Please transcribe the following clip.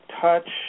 touch